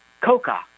Coca